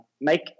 make